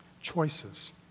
Choices